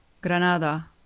Granada